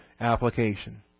application